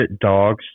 dogs